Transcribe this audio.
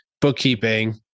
bookkeeping